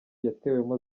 yatewemo